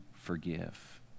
forgive